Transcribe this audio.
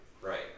Right